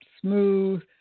smooth